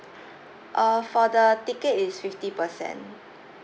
uh for the ticket is fifty percent